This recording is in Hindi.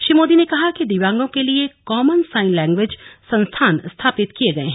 श्री मोदी ने कहा कि दिव्यांगों के लिए कॉमन साइन लैंग्वेज संस्थान स्थापित किए गए हैं